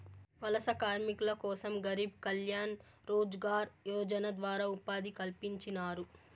వలస కార్మికుల కోసం గరీబ్ కళ్యాణ్ రోజ్గార్ యోజన ద్వారా ఉపాధి కల్పించినారు